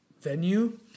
venue